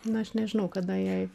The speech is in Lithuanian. nu aš nežinau kada jai